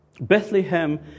Bethlehem